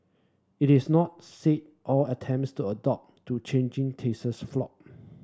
it is not say all attempts to adapt to changing tastes flopped